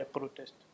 Protest